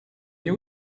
nie